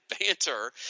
banter